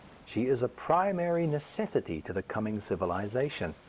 she is a primary necessity to the coming civilization.